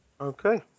okay